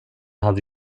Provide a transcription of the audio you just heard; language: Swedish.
hade